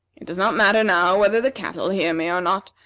it does not matter now whether the cattle hear me or not,